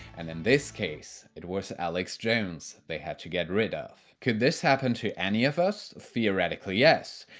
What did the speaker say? and in this case it was alex jones they had to get rid of. could this happen to any of us? theoretically, yes.